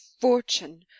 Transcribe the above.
fortune